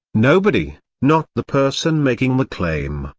nobody not the person making the claim,